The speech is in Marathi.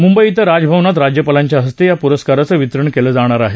मुंबई क्रिं राजभवनात राज्यपालांच्या हस्ते या पुरस्काराचे वितरण केलं जाणार आहे